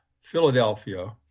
Philadelphia